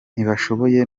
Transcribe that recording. ntibashoboye